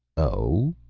oh?